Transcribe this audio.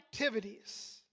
activities